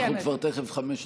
אנחנו כבר תכף חמש דקות.